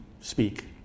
speak